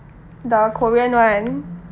the korean one